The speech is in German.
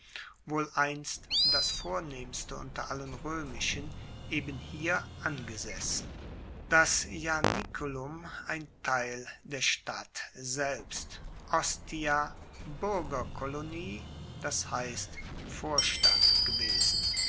wohl einst das vornehmste unter allen roemischen eben hier angesessen das ianiculum ein teil der stadt selbst ostia buergerkolonie das heisst vorstadt gewesen